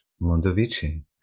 Mondovici